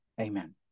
amen